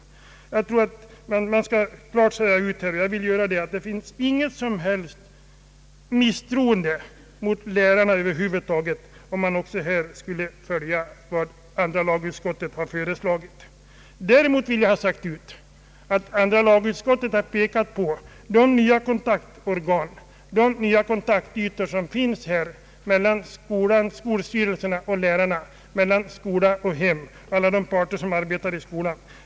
Enligt min mening skall man klart säga ut att det inte finns något som helst misstroende mot lärarna i ett bifall till vad andra lagutskottet har föreslagit. Andra lagutskottet har hänvisat till de nya kontaktorgan och kontaktytor som finns mellan skolstyrelserna och lärarna, mellan skolan och hemmen, mellan alla de parter som arbetar i skolan.